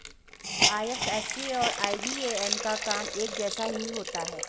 IFSC और IBAN का काम एक जैसा ही होता है